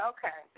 Okay